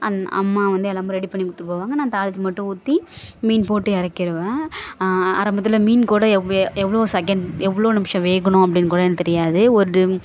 அந் அம்மா வந்து எல்லாமே ரெடி பண்ணி கொடுத்துட்டு போவாங்க நான் தாளித்து மட்டும் ஊற்றி மீன் போட்டு இறக்கிருவேன் ஆரம்பத்தில் மீன் கூட எவ் ஏ எவ்வளோ செகெண்ட் எவ்வளோ நிமிஷம் வேகணும் அப்படின்னு கூட எனக்கு தெரியாது ஒரு டு